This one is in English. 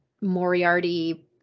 Moriarty